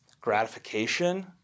gratification